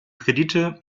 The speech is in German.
kredite